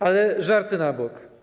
Ale żarty na bok.